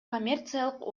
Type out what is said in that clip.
коммерциялык